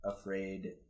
afraid